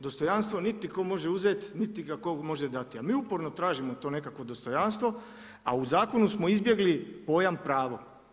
Dostojanstvo niti tko može uzeti niti ga tko može dati, a mi uporno tražimo to neko dostojanstvo, a u zakonu smo izbjegli pojam pravo.